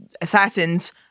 assassins